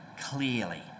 clearly